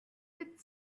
with